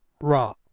raw